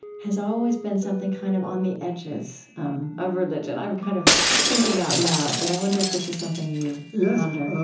has always been something kind of on the edges of religion. i'm kind of thinking out loud, but i wonder if this is something you yeah ponder